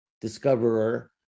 discoverer